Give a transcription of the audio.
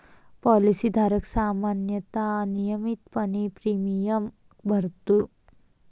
policy धारक सामान्यतः नियमितपणे प्रीमियम भरतो